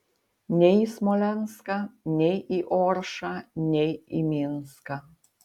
nei į smolenską nei į oršą nei į minską